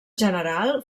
general